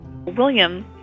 William